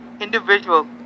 individual